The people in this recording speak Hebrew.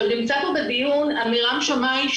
נמצא פה בדיון עמירם שמאי,